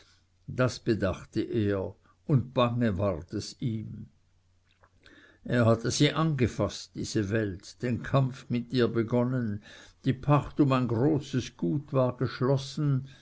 das bedachte er und bange ward es ihm er hatte sie angefaßt diese welt den kampf mit ihr begonnen die pacht um ein großes gut war geschlossen